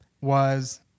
was-